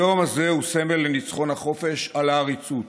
היום הזה הוא סמל לניצחון החופש על העריצות.